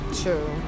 True